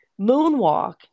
moonwalk